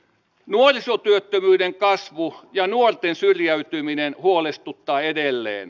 nuorisotyöttömyyden kasvu ja nuorten syrjäytyminen huolestuttavat edelleen